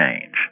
change